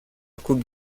coupe